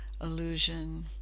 illusion